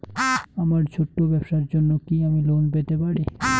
আমার ছোট্ট ব্যাবসার জন্য কি আমি লোন পেতে পারি?